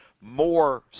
more